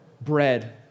bread